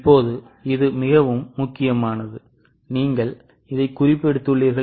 இப்போது இது மிகவும் முக்கியமானது நீங்கள் இதைக் குறிப்பிட்டுள்ளீர்கள்